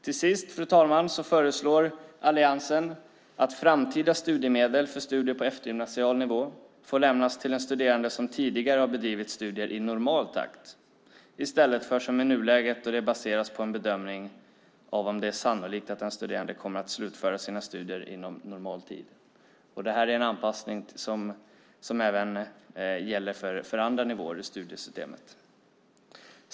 Till sist, fru talman, föreslår Alliansen att framtida studiemedel för studier på eftergymnasial nivå får lämnas till en studerande som tidigare har bedrivit studier i normal takt, i stället för som i nuläget då det baseras på en bedömning av om det är sannolikt att den studerande kommer att slutföra sina studier inom normal tid. Detta är en anpassning som även gäller för andra nivåer i studiesystemet.